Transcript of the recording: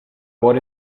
what